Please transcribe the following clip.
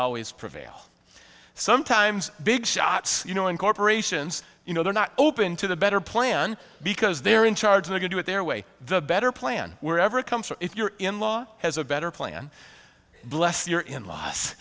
always prevail sometimes big shots you know in corporations you know they're not open to the better plan because they're in charge they're going to get their way the better plan wherever it comes or if you're in law has a better plan bless your in law